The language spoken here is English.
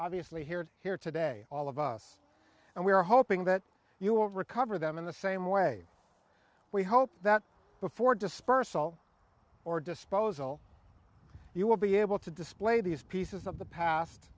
obviously here here today all of us and we are hoping that you will recover them in the same way we hope that before dispersal or disposal you will be able to display these pieces of the past